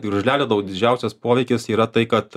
gružlelio didžiausias poveikis yra tai kad